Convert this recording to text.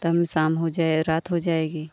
तो हम शाम हो जाए रात हो जाएगी